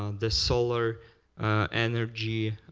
um the solar energy